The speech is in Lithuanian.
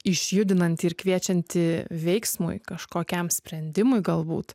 išjudinanti ir kviečianti veiksmui kažkokiam sprendimui galbūt